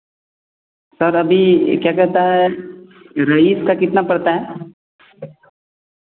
sir अभी क्या कहता है रईस का कितना पड़ता है